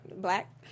black